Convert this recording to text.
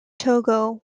togo